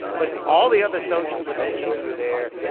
but all the other social dimensions were there.